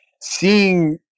seeing